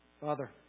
Father